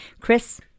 Chris